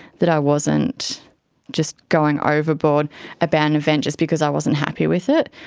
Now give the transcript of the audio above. that i wasn't just going ah overboard about an event just because i wasn't happy with it.